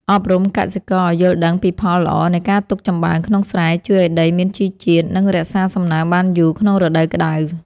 អប់រំកសិករឱ្យយល់ដឹងពីផលល្អនៃការទុកចំបើងក្នុងស្រែជួយឱ្យដីមានជីជាតិ និង រក្សាសំណើមបានយូរក្នុងរដូវក្ដៅ។